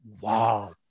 wow